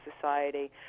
society